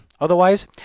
Otherwise